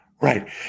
Right